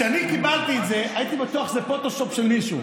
כשאני קיבלתי את זה הייתי בטוח שזה פוטושופ של מישהו,